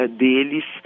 deles